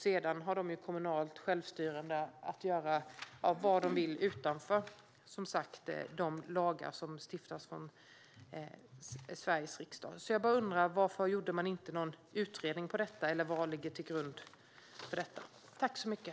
Utanför de lagar som Sveriges riksdag stiftar kan kommunerna göra vad de vill enligt det kommunala självstyret. Så jag bara undrar: Varför gjordes det inte någon utredning av detta? Vad ligger till grund för det?